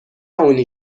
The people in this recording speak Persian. اونی